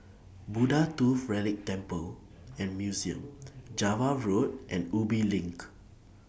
Buddha Tooth Relic Temple and Museum Java Road and Ubi LINK